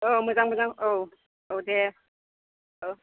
औ मोजां मोजां औ औ दे औ